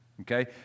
Okay